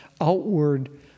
outward